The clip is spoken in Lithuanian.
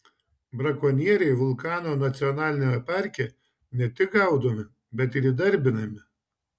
brakonieriai vulkano nacionaliniame parke ne tik gaudomi bet ir įdarbinami